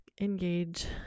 engage